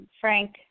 Frank